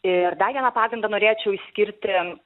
ir dar vieną pagrindą norėčiau išskirti